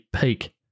peak